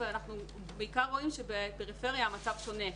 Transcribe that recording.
אנחנו בעיקר רואים שבפריפריה המצב שונה.